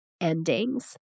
endings